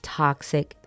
toxic